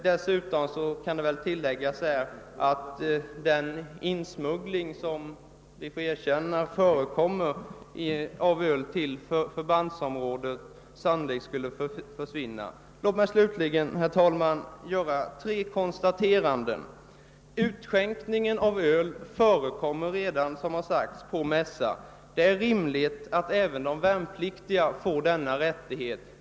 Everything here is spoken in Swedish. Jag vill också tillägga att den insmuggling av öl till förbandsområdena, som vi måste erkänna förekommer, sannolikt skulle försvinna vid ölförsäljning på marketenterierna. Låt mig slutligen göra tre konstateranden. Utskänkning av öl förekommer redan på mässarna. Det är rimligt att även de värnpliktiga får rätt att köpa öl.